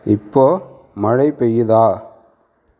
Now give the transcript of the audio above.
இப்போது மழை பெய்யுதா